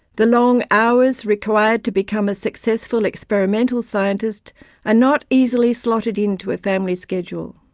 the long hours required to become a successful experimental scientist are not easily slotted in to a family schedule.